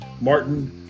Martin